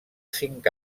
cinc